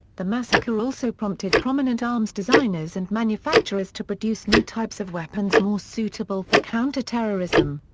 the massacre also prompted prominent arms designers and manufacturers to produce new types of weapons more suitable for counter-terrorism.